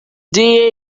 dear